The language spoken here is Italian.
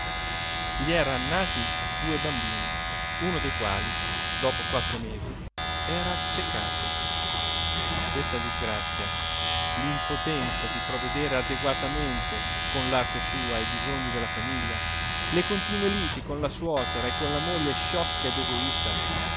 gli eran nati due bambini uno dei quali dopo quattro mesi era accecato questa disgrazia l'impotenza di provvedere adeguatamente con l'arte sua ai bisogni della famiglia le continue liti con la suocera e con la moglie sciocca ed egoista